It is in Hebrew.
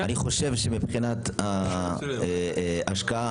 אני חושב שמבחינת ההשקעה